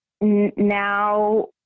now